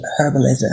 herbalism